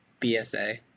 BSA